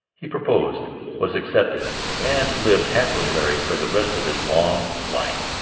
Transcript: he proposed was accepted and lived happily married for the rest of his long life.